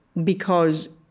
because,